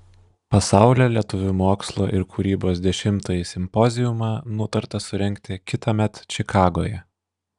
pasaulio lietuvių mokslo ir kūrybos dešimtąjį simpoziumą nutarta surengti kitąmet čikagoje